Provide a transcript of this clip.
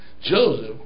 Joseph